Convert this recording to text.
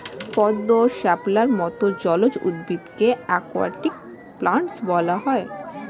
পদ্ম, শাপলার মত জলজ উদ্ভিদকে অ্যাকোয়াটিক প্ল্যান্টস বলা হয়